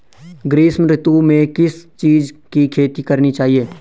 ग्रीष्म ऋतु में किस चीज़ की खेती करनी चाहिये?